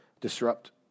disrupt